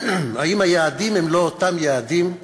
האם היעדים הם לא אותם יעדים?